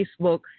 Facebook